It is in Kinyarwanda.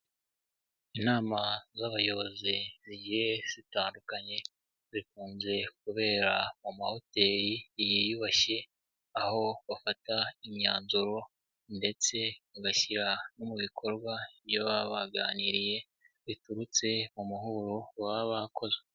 Inama z'abayobozi zigiye zitandukanye zikunze kubera mu mahoteli yiyubashye, aho bafata imyanzuro ndetse bagashyira no mu bikorwa ibyo baba baganiriye biturutse mu muhuro baba bakoze.